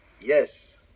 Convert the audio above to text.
Yes